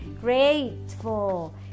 Grateful